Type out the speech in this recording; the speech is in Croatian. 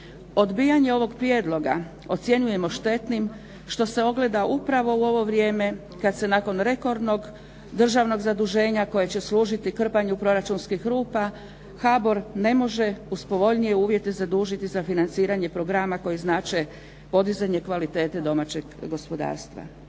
Odbijanje ovog prijedloga ocjenjujemo štetnim što se ogleda upravo u ovo vrijeme kad se nakon rekordnog državnog zaduženja koje će služiti krpanju proračunskih rupa HBOR ne može uz povoljnije uvjete zadužiti za financiranje programa koji znače podizanje kvalitete domaćeg gospodarstva.